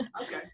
Okay